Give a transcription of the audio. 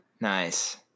nice